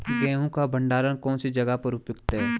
गेहूँ का भंडारण कौन सी जगह पर उपयुक्त है?